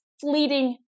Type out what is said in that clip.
fleeting